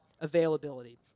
availability